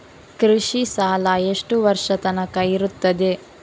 ಕೃಷಿ ಸಾಲ ಎಷ್ಟು ವರ್ಷ ತನಕ ಇರುತ್ತದೆ?